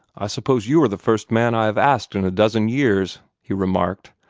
i suppose you are the first man i have asked in a dozen years, he remarked,